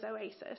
Oasis